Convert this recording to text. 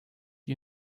you